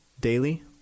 daily